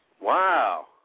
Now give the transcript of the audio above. Wow